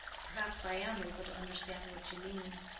perhaps i am able to understand what you mean.